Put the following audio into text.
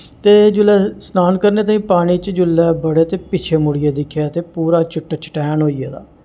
ते जुल्लै स्नान करने ताहीं पानी च जुल्लै बड़े ते पिच्छें मुड़ियै दिक्खेआ ते पूरा चिट्ट चिटैन होई गेदा